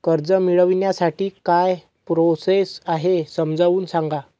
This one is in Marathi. कर्ज मिळविण्यासाठी काय प्रोसेस आहे समजावून सांगा